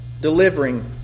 Delivering